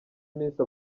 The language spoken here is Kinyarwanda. iminsi